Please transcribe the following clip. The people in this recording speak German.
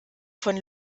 von